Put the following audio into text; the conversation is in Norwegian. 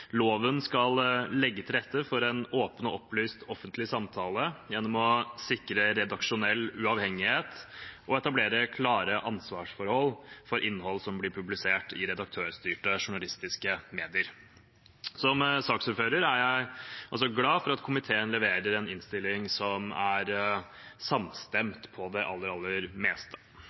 skal legge til rette for en åpen og opplyst offentlig samtale gjennom å sikre redaksjonell uavhengighet og etablere klare ansvarsforhold for innhold som blir publisert i redaktørstyrte journalistiske medier.» Som saksordfører er jeg også glad for at komiteen leverer en innstilling som er samstemt på det aller, aller meste.